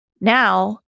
now